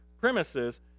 premises